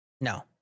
No